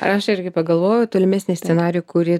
aš irgi pagalvojau tolimesnį scenarijų kurį